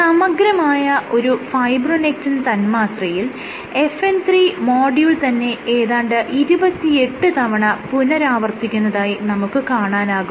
സമഗ്രമായ ഒരു ഫൈബ്രോനെക്റ്റിൻ തന്മാത്രയിൽ FN 3 മോഡ്യൂൾ തന്നെ ഏതാണ്ട് 28 തവണ പുനരാവർത്തിക്കുന്നതായി നമുക്ക് കാണാനാകും